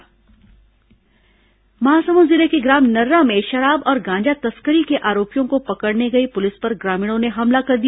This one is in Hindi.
महासमुंद पथराव महासमुंद जिले के ग्राम नर्रा में शराब और गांजा तस्करी के आरोपियों को पकड़ने गई पुलिस पर ग्रामीणों ने हमला कर दिया